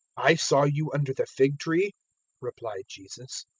i saw you under the fig-tree replied jesus,